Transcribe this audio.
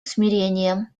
смирением